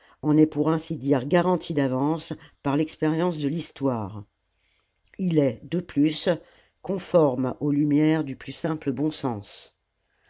en est pour ainsi dire garanti d'avance par l'expérience de l'histoire il est de plus conforme aux lumières du plus simple bon sens